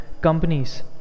companies